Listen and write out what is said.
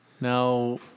Now